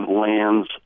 lands